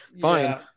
fine